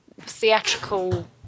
theatrical